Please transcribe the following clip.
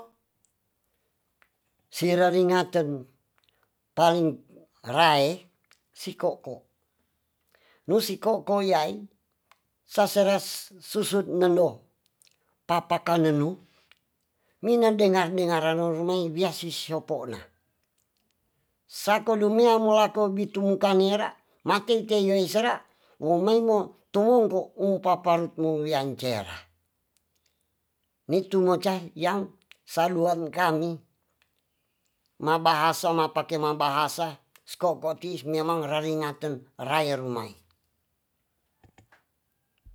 Si raringaten paling rae si koko nu si koko yaai sa sera susut nendo papakanen nu mina dengar dengaran o rumai wia si sopo ona sako dumia mulako bitum ka nera man tei tei yai sara wo meimo tumongko um paparut mo wian cera nitu mo ca iang saduan kami ma bahasa ma pake ma bahasa si koko tii sumia mang raringaten rae rumae